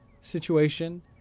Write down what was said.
situation